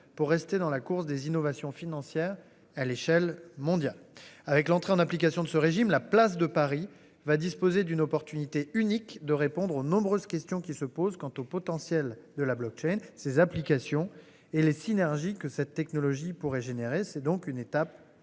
pour rester dans la course des innovations financières à l'échelle mondiale, avec l'entrée en application de ce régime. La place de Paris va disposer d'une opportunité unique de répondre aux nombreuses questions qui se posent quant au potentiel de la blockchain, ces applications et les synergies que cette technologie pourrait générer. C'est donc une étape